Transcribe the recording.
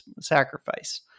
sacrifice